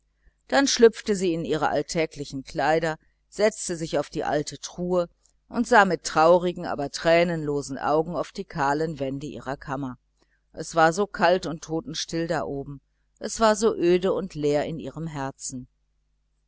dann schlüpfte sie in ihre alltäglichen kleider setzte sich auf die alte truhe und sah mit traurigen aber tränenlosen augen auf die kahlen wände ihrer kammer es war so kalt und totenstill da oben es war so öde und leer in ihrem herzen